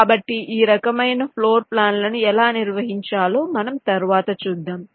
కాబట్టి ఈ రకమైన ఫ్లోర్ప్లాన్లను ఎలా నిర్వహించాలో మనం తరువాత చూద్దాం